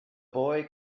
boy